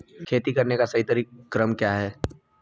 खेती करने का सही क्रम क्या है?